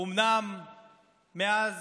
אומנם מאז